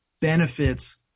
benefits